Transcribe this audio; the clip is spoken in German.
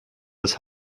des